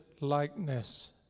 likeness